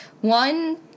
One